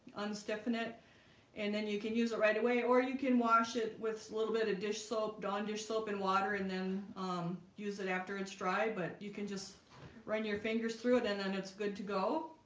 unstiffen it and then you can use it right away or you can wash it with a little bit of dish soap dawn dish soap and water and then use it after it's dry, but you can just run your fingers through it and then and then it's good to go